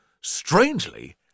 strangely